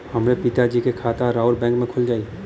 हमरे पिता जी के खाता राउर बैंक में खुल जाई?